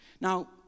Now